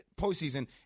postseason